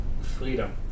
freedom